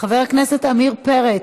חבר הכנסת עמיר פרץ,